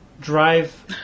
Drive